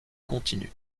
continue